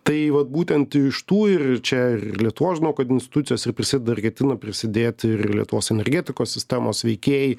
tai vat būtent iš tų ir ir čia ir lietuvos žinau kad institucijos ir prisideda ir ketina prisidėti ir ir lietuvos energetikos sistemos veikėjai